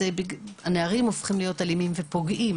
הנערים הופכים להיות אלימים ופוגעים,